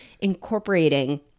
incorporating